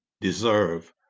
deserve